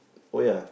oh ya